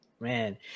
Man